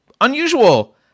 unusual